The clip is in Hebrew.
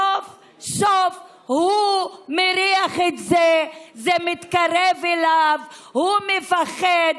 סוף-סוף הוא מריח את זה, זה מתקרב אליו, הוא מפחד,